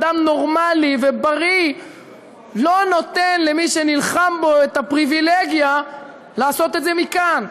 אדם נורמלי ובריא לא נותן למי שנלחם בו את הפריבילגיה לעשות את זה מכאן.